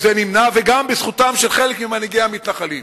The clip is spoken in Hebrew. זה נמנע, וגם בזכותם של חלק ממנהיגי המתנחלים,